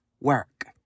work